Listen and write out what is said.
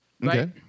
right